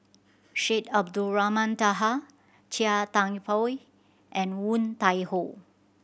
Syed Abdulrahman Taha Chia Thye Poh and Woon Tai Ho